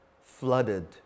flooded